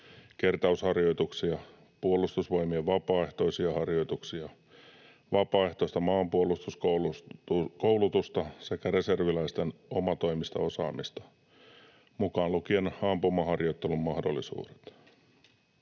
kertausharjoituksia, Puolustusvoimien vapaaehtoisia harjoituksia, vapaaehtoista maanpuolustuskoulutusta sekä reserviläisten omatoimista osaamista, mukaan lukien ampumaharjoittelumahdollisuudet.